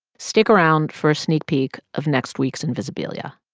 stick around for a sneak peek of next week's invisibilia